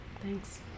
Thanks